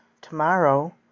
Tomorrow